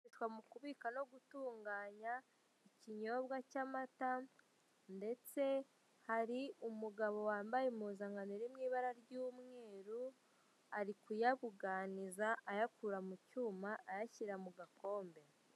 Hitwa mu kubika no gutunga ikinywobwa cya amata ndetse hari umugabo wambaye impuzankano iri mwibara ry'umweru arikuyabuganiza ayakura mucyuma ashyira mu gakombe.